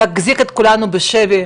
להחזיק את כולנו בשבי,